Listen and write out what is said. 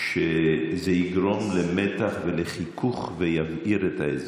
שזה יגרום למתח ולחיכוך ויבעיר את האזור.